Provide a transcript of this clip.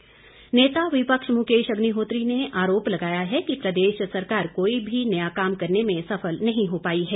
अग्निहोत्री नेता विपक्ष मुकेश अग्निहोत्री ने आरोप लगाया है कि प्रदेश सरकार कोई भी नया काम करने में सफल नहीं हो पाई है